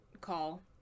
call